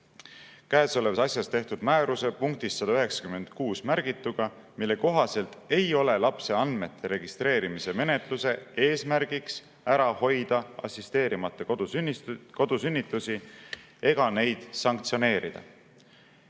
käesolevas asjas tehtud määruse punktis 196 märgituga, mille kohaselt ei ole lapse andmete registreerimise menetluse eesmärgiks ära hoida assisteerimata kodusünnitusi ega neid sanktsioneerida."